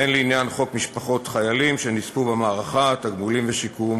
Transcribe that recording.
והן לעניין חוק משפחות חיילים שנספו במערכה (תגמולים ושיקום).